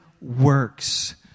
works